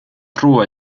tro